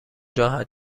راحت